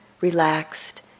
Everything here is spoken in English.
relaxed